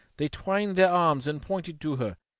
they twined their arms and pointed to her,